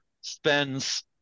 spends